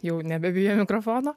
jau nebebijo mikrofono